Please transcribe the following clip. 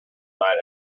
night